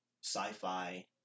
sci-fi